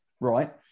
right